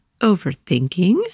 overthinking